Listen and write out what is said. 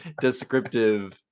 descriptive